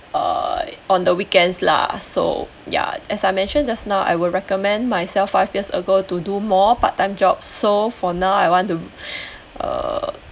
err on the weekend lah so ya as I mentioned just now I would recommend myself five years ago to do more part-time job so for now I want to err